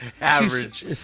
Average